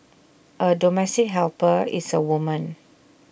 A domestic helper is A woman